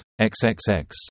XXX